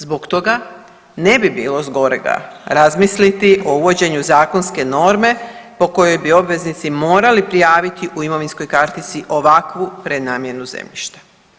Zbog toga ne bi bilo zgorega razmisliti o uvođenju zakonske norme po kojoj bi obveznici morali prijavit u imovinskoj kartici ovakvu prenamjenu zemljišta.